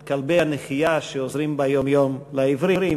את כלבי הנחייה שעוזרים ביום-יום לעיוורים.